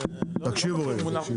לא, רק שר